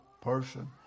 person